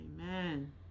Amen